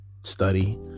study